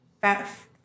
Beth